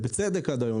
ובצדק עד היום,